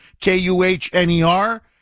K-U-H-N-E-R